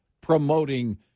promoting